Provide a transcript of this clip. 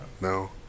no